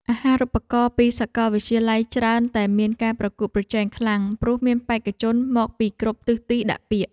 អាហារូបករណ៍ពីសាកលវិទ្យាល័យច្រើនតែមានការប្រកួតប្រជែងខ្លាំងព្រោះមានបេក្ខជនមកពីគ្រប់ទិសទីដាក់ពាក្យ។